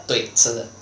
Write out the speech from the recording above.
对吃的